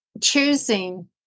choosing